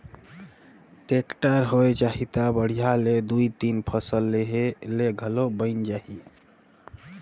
tractor होए जाही त बड़िहा ले दुइ तीन फसल लेहे ले घलो बइन जाही